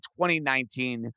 2019